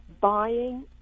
buying